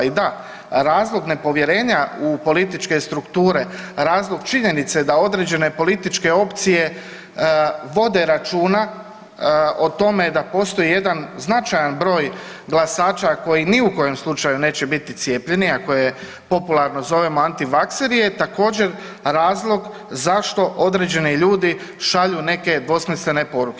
I da, razlog nepovjerenja u političke strukture, razlog činjenice da određene političke opcije vode računa o tome da postoji jedan značajan broj glasača koji ni u kojem slučaju neće biti cijepljeni, a koje popularno zovemo antivakseri je također razlog zašto određeni ljudi šalju neke dvosmislene poruke.